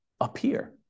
appear